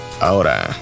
Ahora